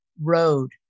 road